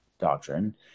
Doctrine